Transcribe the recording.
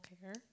care